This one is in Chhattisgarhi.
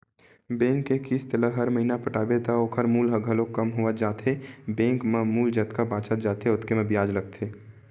बेंक के किस्त ल हर महिना पटाबे त ओखर मूल ह घलोक कम होवत जाथे बेंक म मूल जतका बाचत जाथे ओतके म बियाज लगथे